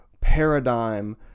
paradigm